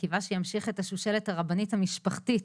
קיווה שהוא ימשיך את השושלת הרבנית המשפחתית,